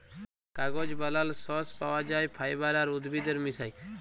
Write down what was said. কাগজ বালালর সর্স পাউয়া যায় ফাইবার আর উদ্ভিদের মিশায়